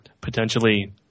potentially